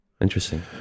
Interesting